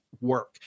work